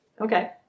Okay